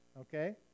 okay